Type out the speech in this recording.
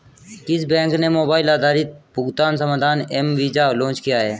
किस बैंक ने मोबाइल आधारित भुगतान समाधान एम वीज़ा लॉन्च किया है?